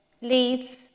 leads